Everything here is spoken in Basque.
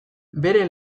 bere